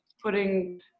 putting